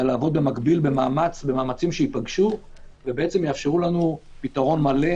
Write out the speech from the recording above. אלא לעבוד במקביל במאמצים שייפגשו ויאפשרו לנו פתרון מלא,